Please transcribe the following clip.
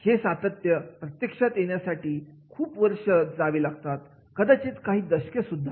हे सातत्य प्रत्यक्षात येण्यासाठी खूप वर्ष जावी लागतात कदाचित काही दशके सुद्धा